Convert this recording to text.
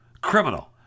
Criminal